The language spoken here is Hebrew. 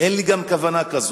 אין לי גם כוונה כזאת,